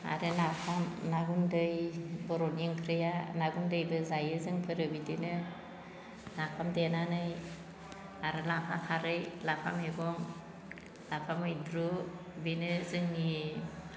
आरो नाफाम ना गुन्दै बर'नि ओंख्रिया ना गुन्दैजो जायो जोंफोरो बिदिनो नाफाम देनानै आरो लाफा खारै लाफा मैगं लाफा मैद्रु बेनो जोंनि